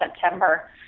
September